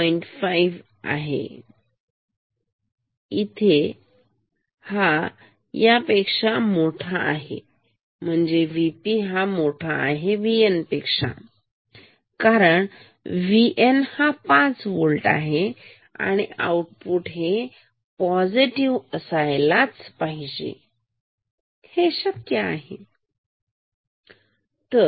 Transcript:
5 आहे इथे पेक्षा मोठा आहे VP V Nकारण VN हा पाच होल्ट आहे तर आउटपुट हे पॉझिटिव्ह असायला पाहिजे जे शक्य आहे हो